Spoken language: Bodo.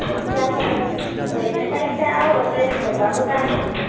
गस्लाफोर ओरैनो जायखिया आउट ड्रेसफोरबाबो जागोन